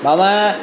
मम